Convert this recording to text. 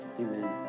amen